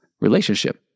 relationship